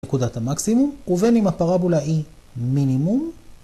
נקודת המקסימום, ובין אם הפרבולה היא מינימום